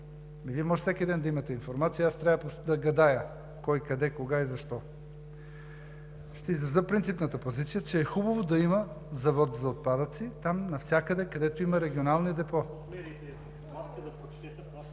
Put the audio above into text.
Вие може всеки ден да имате информация – аз трябва да гадая кой, къде, кога и защо. За принципната позиция, че е хубаво да има завод за отпадъци навсякъде, където има регионални депа.